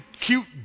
cute